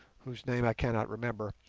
whose name i cannot remember,